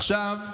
עכשיו,